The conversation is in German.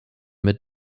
mit